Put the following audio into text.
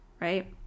right